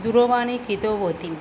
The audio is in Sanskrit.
दूरवाणीं कृतवती